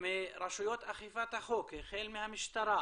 מרשויות אכיפת החוק, החל מהמשטרה,